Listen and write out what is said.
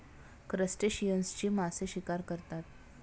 क्रस्टेशियन्सची मासे शिकार करतात